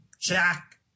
Jack